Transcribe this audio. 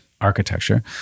architecture